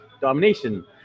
Domination